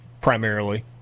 primarily